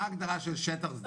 מה ההגדרה של שטח שדה תעופה?